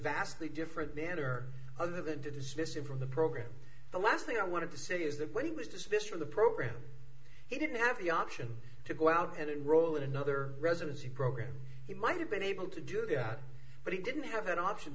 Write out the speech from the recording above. vastly different manner other than to dismiss him from the program the last thing i wanted to say is that when he was dismissed from the program he didn't have the option to go out and enroll in another residency program he might have been able to do that but he didn't have that option